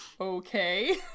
Okay